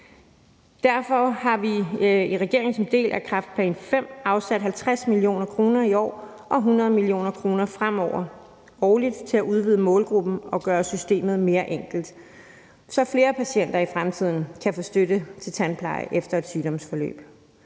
Derfor har vi i regeringen som en del af kræftplan V afsat 50 mio. kr. i år og 100 mio. kr. fremover årligt til at udvide målgruppen og gøre systemet mere enkelt, så flere patienter i fremtiden kan få støtte til tandpleje efter et sygdomsforløb.